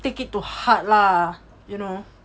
take it to heart lah you know